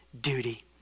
duty